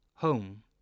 home